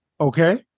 Okay